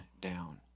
down